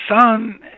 son